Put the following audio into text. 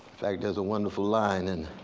fact, there's a wonderful line in